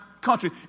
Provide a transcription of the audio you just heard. country